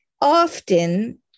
Often